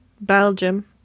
Belgium